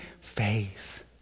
faith